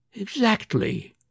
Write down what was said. Exactly